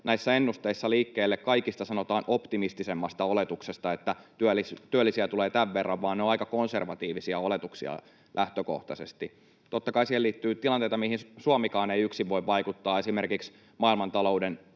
näissä ennusteissa liikkeelle kaikista, sanotaan, optimistisimmasta oletuksesta, että työllisiä tulee tämän verran, vaan ne ovat aika konservatiivisia oletuksia lähtökohtaisesti. Totta kai siihen liittyy tilanteita, mihin Suomikaan ei yksin voi vaikuttaa, esimerkiksi maailmantalouden